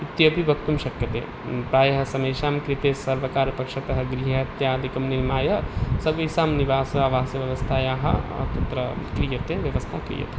इत्यपि वक्तुं शक्यते प्रायः समेषां कृते सर्वकारपक्षतः गृह इत्यादिकं निर्माय सर्वेषां निवासावासव्यवस्थायाः तत्र क्रियते व्यवस्था क्रियते